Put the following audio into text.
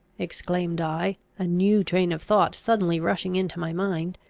exclaimed i, a new train of thought suddenly rushing into my mind,